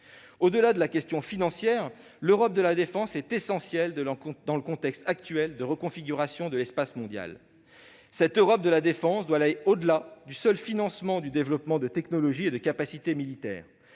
de cette question financière, l'Europe de la défense est essentielle dans le contexte actuel de reconfiguration de l'espace mondial. Cette Europe de la défense doit aller au-delà du seul financement du développement de technologies et de capacités militaires.